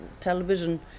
television